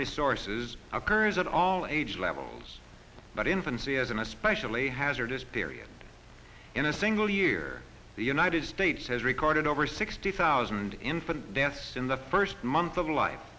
resources occurs at all age levels but infancy is an especially hazardous period in a single year the united states has recorded over sixty thousand infant deaths in the first month of life